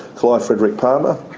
clive frederick palmer,